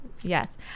Yes